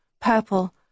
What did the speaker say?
purple